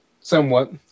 Somewhat